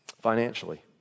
financially